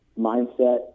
mindset